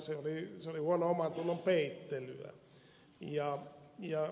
se oli huonon omantunnon peittelyä